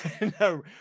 No